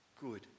Good